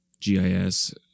GIS